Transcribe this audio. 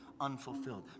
unfulfilled